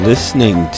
Listening